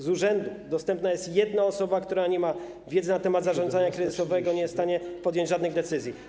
Z urzędu dostępna jest jedna osoba, która nie ma wiedzy na temat zarządzania kryzysowego, nie jest w stanie podjąć żadnych decyzji.